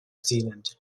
zealand